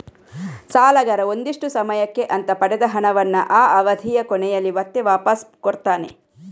ಸಾಲಗಾರ ಒಂದಿಷ್ಟು ಸಮಯಕ್ಕೆ ಅಂತ ಪಡೆದ ಹಣವನ್ನ ಆ ಅವಧಿಯ ಕೊನೆಯಲ್ಲಿ ಮತ್ತೆ ವಾಪಾಸ್ ಕೊಡ್ತಾನೆ